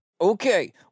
Okay